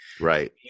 Right